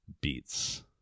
beats